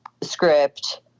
script